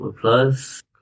plus